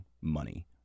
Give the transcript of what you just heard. money